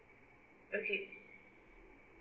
okay